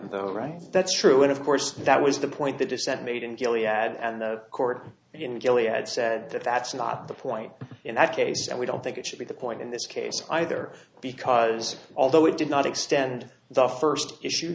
though right that's true and of course that was the point the dissent made in gilliatt and the court had said that that's not the point in that case and we don't think it should be the point in this case either because although it did not extend the first issue